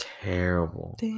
terrible